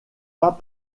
pas